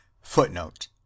Footnote